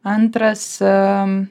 antras aaa